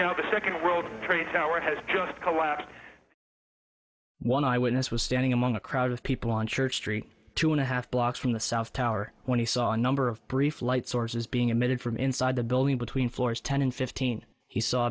now the second the world trade tower has collapsed one eyewitness was standing among a crowd of people on church street two and a half blocks from the south tower when he saw a number of preflight sources being emitted from inside the building between floors ten and fifteen he saw